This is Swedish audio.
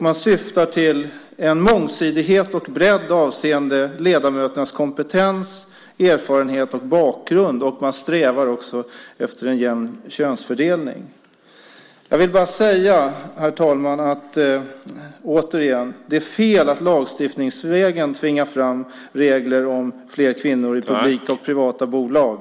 Man syftar till en mångsidighet och bredd avseende ledamöternas kompetens, erfarenhet och bakgrund. Man strävar också efter en jämn könsfördelning. Herr talman! Jag vill än en gång säga att det är fel att lagstiftningsvägen tvinga fram regler om fler kvinnor i publika och privata bolag.